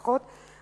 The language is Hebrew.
פחות,